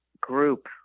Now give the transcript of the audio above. group